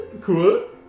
cool